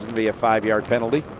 be a five yard penalty.